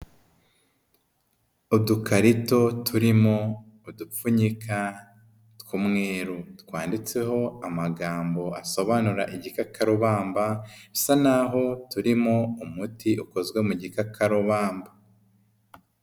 Udukarito turimo, udupfunyika, tw'umweru. Twanditseho amagambo asobanura igikakarubamba, bisa naho turimo umuti ukozwe mu gikakarubamba.